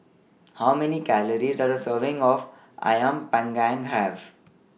How Many Calories Does A Serving of Ayam Panggang Have